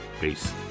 peace